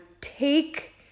take